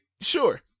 sure